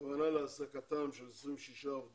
הכוונה להעסקתם של 26 עובדים,